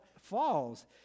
falls